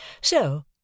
So